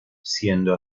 siendo